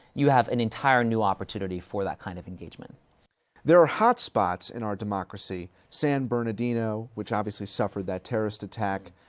you have an entire new opportunity for that kind of engagement. heffner there are hotspots in our democracy san bernardino, which obviously suffered that terrorist attack,